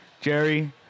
Jerry